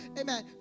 amen